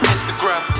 Instagram